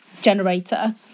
generator